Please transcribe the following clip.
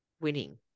winning